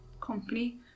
company